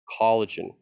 collagen